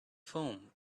foam